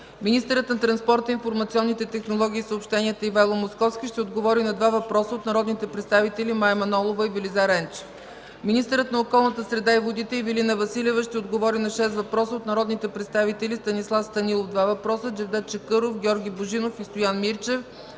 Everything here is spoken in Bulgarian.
министърът на транспорта, информационните технологии и съобщенията Ивайло Московски ще отговори на два въпроса от народните представители Мая Манолова, и Велизар Енчев; - министърът на околната среда и водите Ивелина Василева ще отговори на шест въпроса от народните представители Станислав Станилов – два въпроса, Джевдет Чакъров, Георги Божинов и Стоян Мирчев,